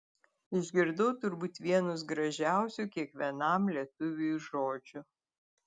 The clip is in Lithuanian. išgirdau turbūt vienus gražiausių kiekvienam lietuviui žodžių